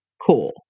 cool